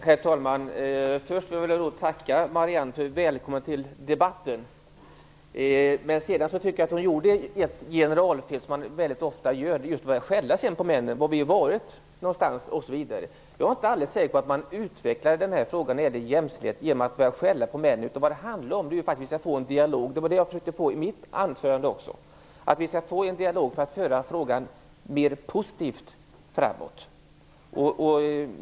Herr talman! Först vill jag tacka Marianne Samuelsson för välkomnandet till debatten. Men sedan tycker jag att hon gjorde ett generalfel som man ofta gör, nämligen att skälla på männen och fråga var vi har varit osv. Jag är inte säker på att man utvecklar frågan om jämställdhet genom att börja skälla på männen. Det handlar om att försöka få en dialog. Det var vad jag försökte få i mitt anförande. Vi behöver en dialog för att föra frågan mer positivt framåt.